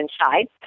inside